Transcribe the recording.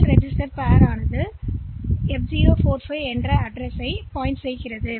L ரெஜிஸ்டர்பேர்யில் ஏற்றப்படும்